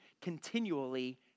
continually